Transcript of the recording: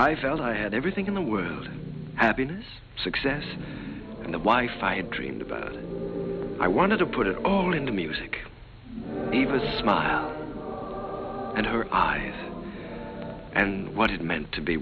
i felt i had everything in the was happiness success and the wife i had dreamed about i wanted to put it all into music even smile and her eyes and what it meant to be